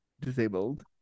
disabled